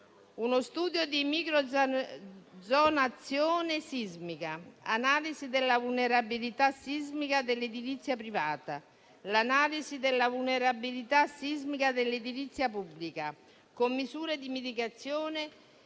uno studio di microzonazione sismica, l'analisi della vulnerabilità sismica dell'edilizia privata, l'analisi della vulnerabilità sismica dell'edilizia pubblica, con misure di mitigazione,